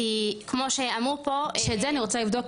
כי כמו שאמרו פה -- שאת זה אני רוצה לבדוק,